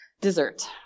Dessert